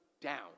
down